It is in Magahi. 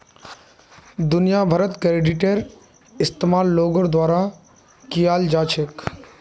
दुनिया भरत क्रेडिटेर इस्तेमाल लोगोर द्वारा कियाल जा छेक